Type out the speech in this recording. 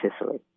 Sicily